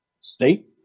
state